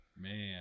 Man